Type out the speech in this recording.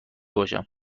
باشم